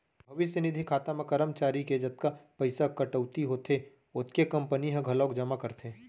भविस्य निधि खाता म करमचारी के जतका पइसा कटउती होथे ओतने कंपनी ह घलोक जमा करथे